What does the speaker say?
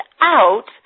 out